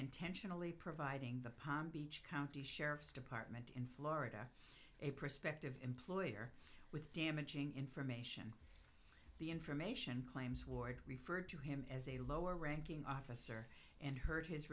intentionally providing the palm beach county sheriff's department in florida a prospective employer with damaging information the information claims ward referred to him as a lower ranking officer and hurt his